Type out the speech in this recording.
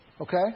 Okay